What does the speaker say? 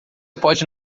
pode